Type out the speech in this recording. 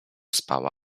spała